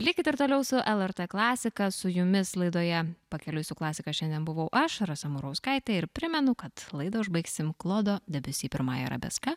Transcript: likit ir toliau su lrt klasika su jumis laidoje pakeliui su klasika šiandien buvau aš rasa murauskaitė ir primenu kad laidą užbaigsim klodo debiusi pirmąja arabeska